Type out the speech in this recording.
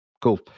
Cool